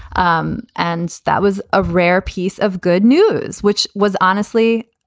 um and that was a rare piece of good news, which was honestly,